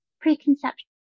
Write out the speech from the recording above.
preconception